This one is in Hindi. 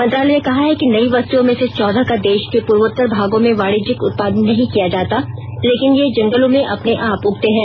मंत्रालय ने कहा है कि नई वस्तुओं में से चौदह का देश के पूर्वोत्तर भागों में वाणिज्यिक उत्पादन नहीं किया जाता लेकिन ये जंगलों में अपने आप उगते हैं